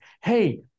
hey